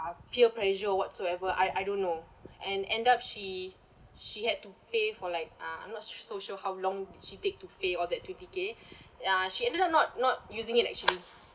uh peer pressure or whatsoever I I don't know and end up she she had to pay for like uh not so sure how long she take to pay all that twenty K uh she ended up not not using it actually